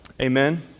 Amen